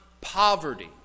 poverty